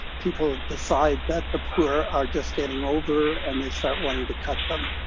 people decide that the poor are just getting over and they start wanting to cut them.